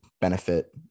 benefit